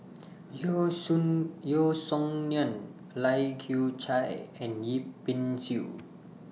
Yeo Song Yeo Song Nian Lai Kew Chai and Yip Pin Xiu